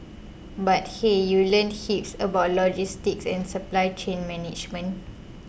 but hey you learn heaps about logistics and supply chain management